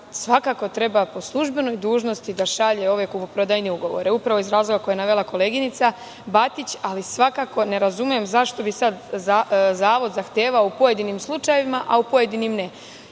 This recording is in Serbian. svakako treba po službenoj dužnosti da šalje ove kupoprodajne ugovore, upravo iz razloga koje je navela koleginica Batić, ali svakako ne razume zašto bi sada zavod zahtevao u pojedinim slučajevima, a u pojedinim ne.